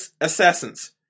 assassins